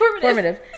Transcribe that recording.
Formative